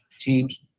teams